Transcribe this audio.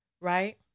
right